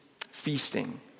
feasting